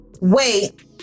wait